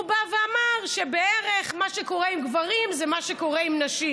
הוא בא ואמר שבערך מה שקורה עם גברים זה מה שקורה עם נשים.